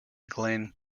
glen